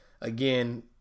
again